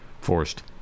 forced